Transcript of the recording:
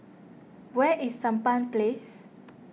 where is Sampan Place